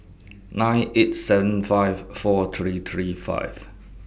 nine eight seven five four three three five